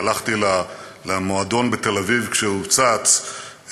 הלכתי למועדון בתל-אביב כשהוא צץ,